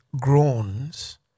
groans